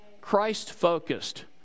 Christ-focused